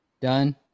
done